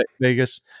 Vegas